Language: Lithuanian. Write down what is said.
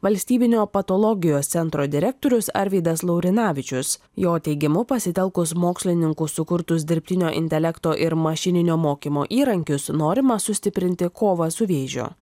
valstybinio patologijos centro direktorius arvydas laurinavičius jo teigimu pasitelkus mokslininkų sukurtus dirbtinio intelekto ir mašininio mokymo įrankius norima sustiprinti kovą su vėžiu